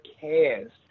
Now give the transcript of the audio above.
cares